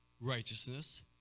righteousness